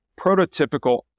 prototypical